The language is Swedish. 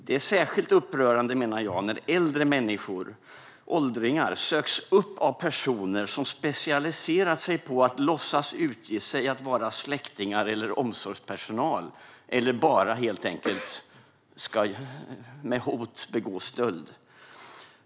Det är särskilt upprörande när åldringar söks upp av personer som har specialiserat sig på utge sig för att vara släktingar eller omsorgspersonal eller som helt enkelt hotar för att begå stöld.